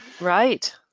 Right